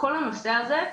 הנושא הזה,